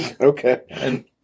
okay